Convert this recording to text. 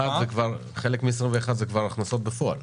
חלק מ-2021 זה כבר הכנסות בפועל.